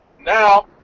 Now